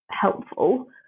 helpful